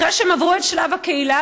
אחרי שהם עברו את שלב הקהילה,